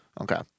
Okay